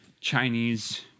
Chinese